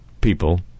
people